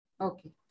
Okay